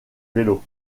vélos